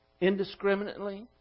indiscriminately